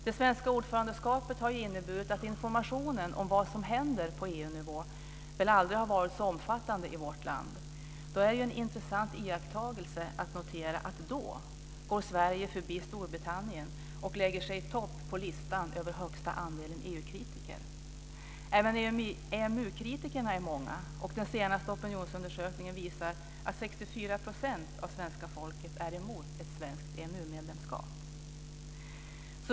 Det svenska ordförandeskapet har inneburit att informationen om vad som händer på EU-nivå aldrig förut har varit så omfattande i vårt land. Det är intressant att notera att Sverige då går förbi Storbritannien och lägger sig i topp på listan över högsta andelen Även EMU-kritikerna är många. Den senaste opinionsundersökningen visar att 64 % av svenska folket är emot ett svenskt EMU-medlemskap.